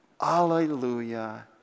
hallelujah